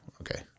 okay